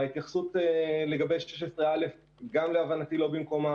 ההתייחסות לגבי 16 גם להבנתי לא במקומה